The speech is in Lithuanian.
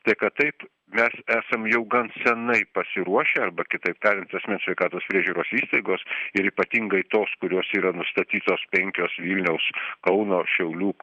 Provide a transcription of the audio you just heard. tai kad taip mes esam jau gan senai pasiruošę arba kitaip tariant asmens sveikatos priežiūros įstaigos ir ypatingai tos kurios yra nustatytos penkios vilniaus kauno šiaulių